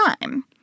time